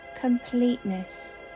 completeness